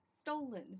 stolen